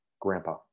grandpa